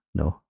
no